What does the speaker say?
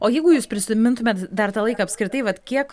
o jeigu jūs prisimintumėt dar tą laiką apskritai vat kiek